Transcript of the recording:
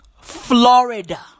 Florida